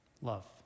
Love